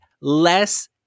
less